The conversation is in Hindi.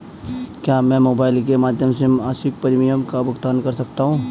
क्या मैं मोबाइल के माध्यम से मासिक प्रिमियम का भुगतान कर सकती हूँ?